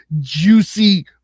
juicy